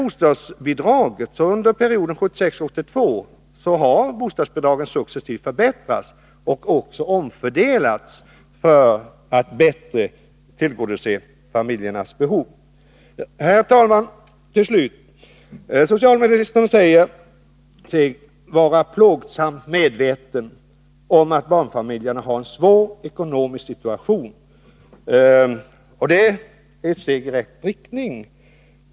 Bostadsbidragen har under perioden 1976-1982 successivt förbättrats och även omfördelats för att bättre tillgodose familjernas behov. Herr talman! Socialministern säger sig vara ”plågsamt medveten om att barnfamiljerna har en mycket svår ekonomisk situation”. Det är ett steg i rätt riktning.